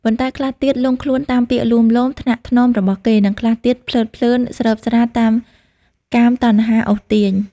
ប៉ុន្តែខ្លះទៀតលង់ខ្លួនតាមពាក្យលួងលោម ថ្នាក់ថ្នមរបស់គេ និងខ្លះទៀតភ្លើតភ្លើនស្រើបស្រាលតាមកាមតណ្ហាអូសទាញ ។